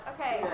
Okay